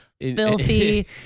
Filthy